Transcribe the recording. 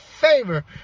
favor